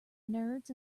nerds